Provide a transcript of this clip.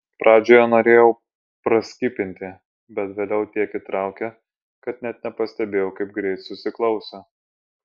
pradžioje norėjau praskipinti bet vėliau tiek įtraukė kad net nepastebėjau kaip greit susiklausė